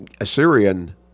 Assyrian